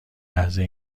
لحظه